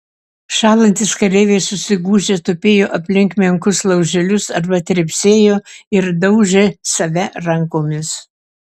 šąlantys kareiviai susigūžę tupėjo aplink menkus lauželius arba trepsėjo ir daužė save rankomis